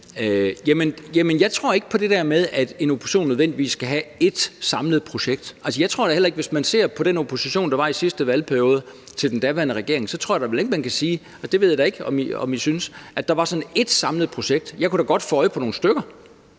jeg tror ikke på det der med, at en opposition nødvendigvis skal have ét samlet projekt. Jeg tror da heller ikke, hvis man ser på oppositionen til den regering, vi havde i sidste valgperiode, at man kan sige – det ved jeg da ikke om I synes – at der var ét samlet projekt. Jeg kunne da godt få øje på nogle stykker.